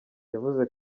yavuze